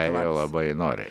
ėjo labai noriai